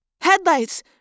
Headlights